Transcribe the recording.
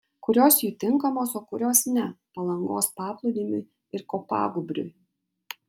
kurios jų tinkamos o kurios ne palangos paplūdimiui ir kopagūbriui